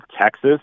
Texas